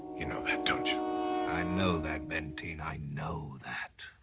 you know that, don't you? i know that, benteen. i know that.